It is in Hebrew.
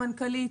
המנכ"לית,